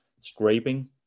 scraping